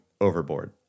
overboard